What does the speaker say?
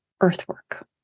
earthwork